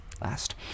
last